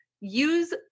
Use